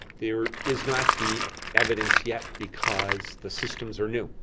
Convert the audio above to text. there is not the evidence yet because the systems are new.